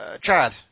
chad